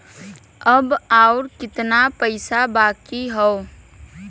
अब अउर कितना पईसा बाकी हव?